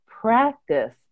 practice